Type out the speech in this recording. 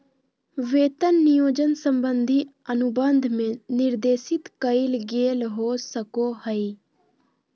वेतन नियोजन संबंधी अनुबंध में निर्देशित कइल गेल हो सको हइ